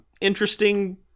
interesting